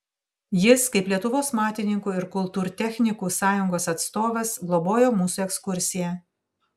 jis kaip lietuvos matininkų ir kultūrtechnikų sąjungos atstovas globojo mūsų ekskursiją